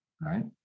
Right